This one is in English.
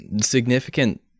significant